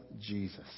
Jesus